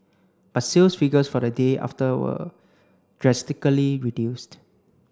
but sales figures for the day after were drastically reduced